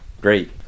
great